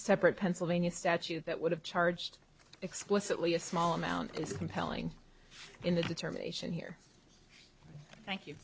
separate pennsylvania statute that would have charged explicitly a small amount is compelling in the determination here thank you